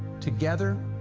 together,